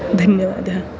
धन्यवादः